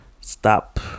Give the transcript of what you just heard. stop